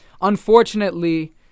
unfortunately